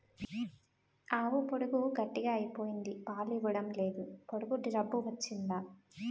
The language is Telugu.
ఆవు పొదుగు గట్టిగ అయిపోయింది పాలు ఇవ్వడంలేదు పొదుగు జబ్బు వచ్చింది